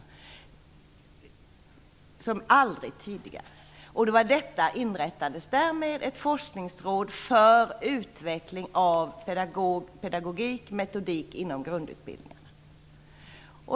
Därmed inrättades ett forskningsråd för utveckling av pedagogik och metodik inom grundutbildningarna.